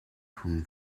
from